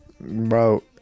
Bro